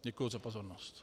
Děkuji za pozornost.